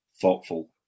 thoughtful